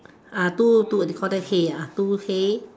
uh two two what you call that hay ah two hay